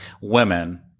Women